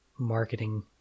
marketing